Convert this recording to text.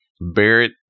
barrett